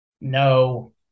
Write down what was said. No